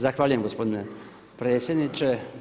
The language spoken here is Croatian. Zahvaljujem gospodine predsjedniče.